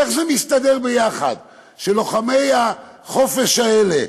איך זה מסתדר יחד שלוחמי החופש האלה,